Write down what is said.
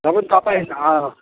र पनि तपाईँ आ